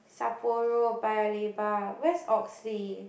Sapporo Paya Lebar where's Oxley